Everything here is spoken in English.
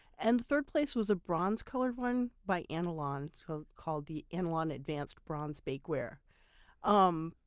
and third place was a bronze-colored one by and anolon so called the anolon advanced bronze bakeware um